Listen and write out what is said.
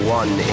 one